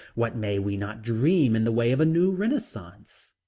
what may we not dream in the way of a new renaissance?